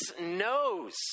knows